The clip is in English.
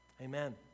Amen